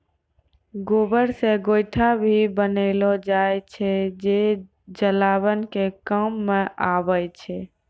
गोबर से गोयठो भी बनेलो जाय छै जे जलावन के काम मॅ आबै छै